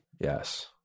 Yes